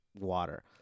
water